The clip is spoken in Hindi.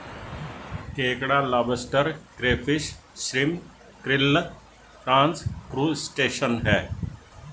केकड़ा lobster crayfish shrimp krill prawns crustacean है